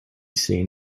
seen